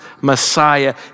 Messiah